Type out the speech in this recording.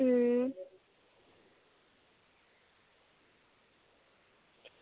अं